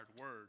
word